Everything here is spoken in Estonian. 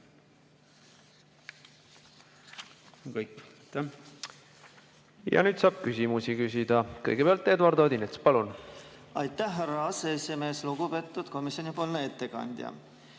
Ja nüüd saab küsimusi küsida. Kõigepealt Eduard Odinets, palun! Aitäh, härra aseesimees! Lugupeetud komisjonipoolne ettekandja!